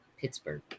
Pittsburgh